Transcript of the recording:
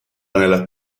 alla